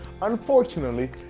Unfortunately